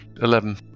Eleven